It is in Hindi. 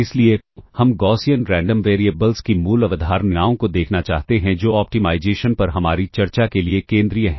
इसलिए हम गौसियन रैंडम वेरिएबल्स की मूल अवधारणाओं को देखना चाहते हैं जो ऑप्टिमाइजेशन पर हमारी चर्चा के लिए केंद्रीय हैं